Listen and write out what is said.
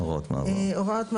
הוראות מעבר.